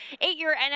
eight-year